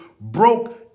broke